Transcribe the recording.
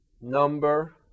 number